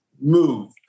move